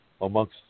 amongst